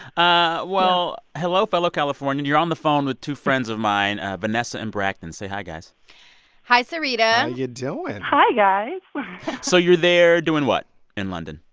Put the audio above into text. ah well, hello, fellow californian. you're on the phone with two friends of mine, vanessa and brakkton. say hi, guys hi, sarita how and you doing? and hi, guys so you're there doing what in london?